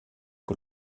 que